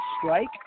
strike